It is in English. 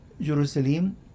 jerusalem